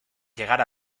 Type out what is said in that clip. llegar